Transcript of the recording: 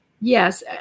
Yes